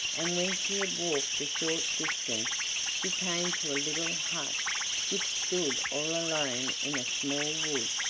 and when she had walked a short distance she came to a little hut which stood all alone in a small wood,